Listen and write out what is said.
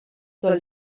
soll